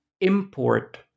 import